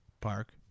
Park